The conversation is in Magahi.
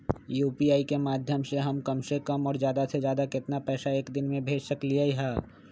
यू.पी.आई के माध्यम से हम कम से कम और ज्यादा से ज्यादा केतना पैसा एक दिन में भेज सकलियै ह?